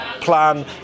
plan